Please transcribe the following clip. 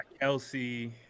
Kelsey